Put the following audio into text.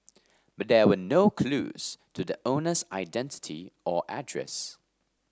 but there were no clues to the owner's identity or address